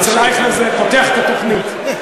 אצל אייכלר זה פותח את התוכנית.